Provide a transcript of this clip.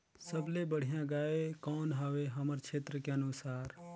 सबले बढ़िया गाय कौन हवे हमर क्षेत्र के अनुसार?